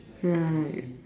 right